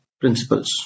principles